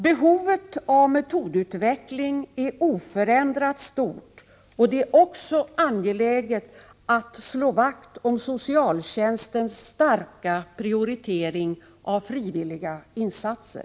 Behovet av metodutveckling är oförändrat stort och det är också angeläget att slå vakt om socialtjänstens starka prioritering av frivilliga insatser.